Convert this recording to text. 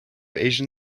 asian